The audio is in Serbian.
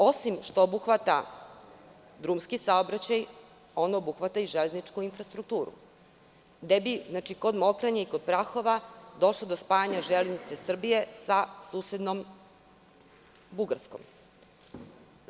Osim što obuhvata drumski saobraćaj, on obuhvata i železničku infrastrukturu, gde bi kod Mokranja i kod Prahova došlo do spajanja Železnice Srbije sa susednom Bugarskom.